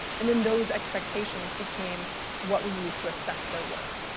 and then those expectations became what we use to assess their work.